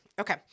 Okay